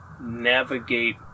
navigate